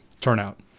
turnout